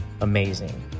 amazing